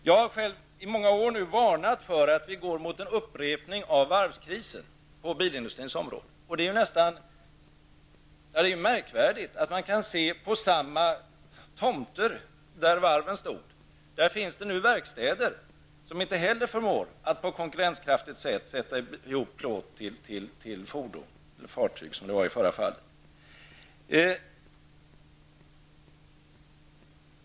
Jag har själv under många år varnat för att vi nu går mot en upprepning av varvskrisen på bilindustrins område. Det är märkvärdigt hur man kan se att på samma tomter där varven stod där finns det nu verkstäder som inte heller de förmår att konkurrenskraftigt sätta ihop plåt till fordon. Tidigare var det fartyg.